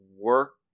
work